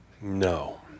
No